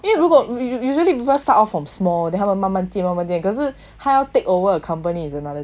因为如果 usually people start off from small then 他们慢慢建慢慢建钱可是他要 take over a company is another thing